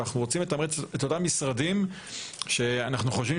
ואנחנו רוצים לתמרץ את אותם משרדים שאנחנו חושבים